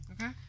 okay